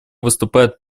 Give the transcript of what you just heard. выступает